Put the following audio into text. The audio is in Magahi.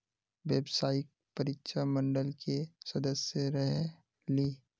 व्यावसायिक परीक्षा मंडल के सदस्य रहे ली?